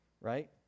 right